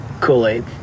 Kool-Aid